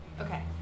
Okay